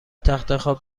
تختخواب